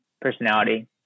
personality